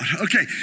Okay